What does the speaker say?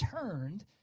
turned